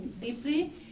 deeply